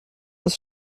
als